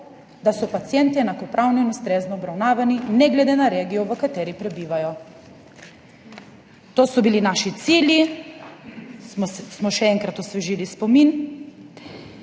da so pacienti enakopravno in ustrezno obravnavani ne glede na regijo, v kateri prebivajo. To so bili naši cilji, smo še enkrat osvežili spomin.